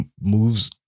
moves